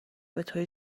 بطور